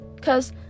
cause